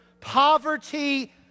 poverty